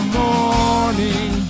morning